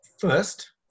first